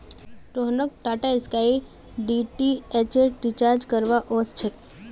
रोहनक टाटास्काई डीटीएचेर रिचार्ज करवा व स छेक